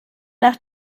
nach